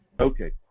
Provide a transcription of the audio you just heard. okay